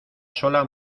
sola